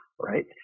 right